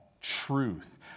truth